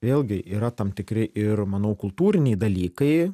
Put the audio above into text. vėlgi yra tam tikri ir manau kultūriniai dalykai